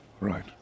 Right